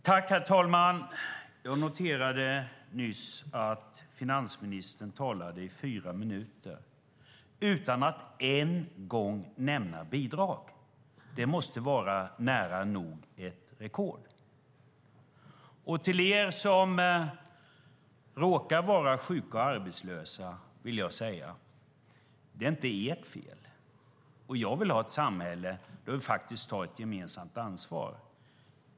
Herr talman! Jag noterade nyss att finansministern talade i fyra minuter utan att en gång nämna bidrag. Det måste vara nära nog ett rekord. Till er som råkar vara sjuka eller arbetslösa vill jag säga: Det är inte ert fel. Jag vill ha ett samhälle där vi tar ett gemensamt ansvar.